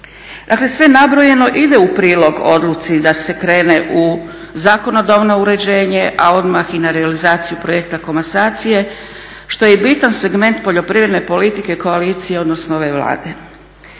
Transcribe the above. Dakle sve nabrojeno ide u prilog odluci da se krene u zakonodavno uređenje a odmah i na realizaciju projekta komasacije što je i bitan segment poljoprivredne politike i koalicije odnosno ove Vlade.